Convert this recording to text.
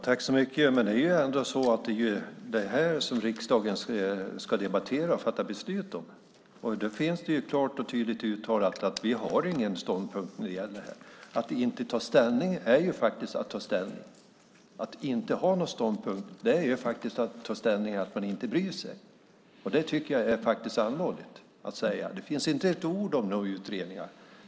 Herr talman! Men det är det här som riksdagen ska debattera och fatta beslut om. Det finns klart och tydligt uttalat att vi inte har någon ståndpunkt. Att inte ta ställning är att ta ställning. Att inte ha någon ståndpunkt innebär att ta ställning att man inte bryr sig. Det tycker jag är allvarligt. Det finns inte ett ord om några utredningar.